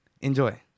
enjoy